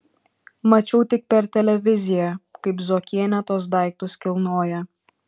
mačiau tik per televiziją kaip zuokienė tuos daiktus kilnoja